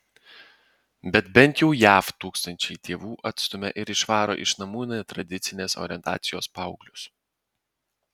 bet bent jau jav tūkstančiai tėvų atstumia ir išvaro iš namų netradicinės orientacijos paauglius